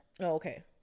Okay